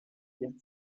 pierre